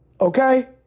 Okay